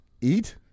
Eat